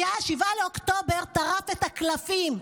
7 באוקטובר טרף את הקלפים,